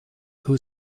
who